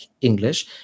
English